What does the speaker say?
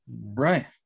right